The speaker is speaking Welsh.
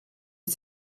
wyt